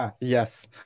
Yes